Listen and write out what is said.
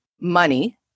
money